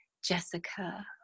Jessica